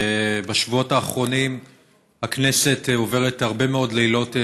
בשבועות האחרונים הכנסת עוברת הרבה מאוד לילות שימורים.